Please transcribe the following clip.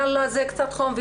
יאללה זה קצת חום,